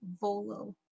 Volo